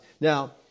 Now